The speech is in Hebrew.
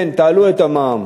כן, תעלו את המע"מ.